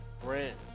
Brent